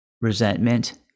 resentment